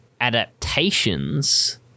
adaptations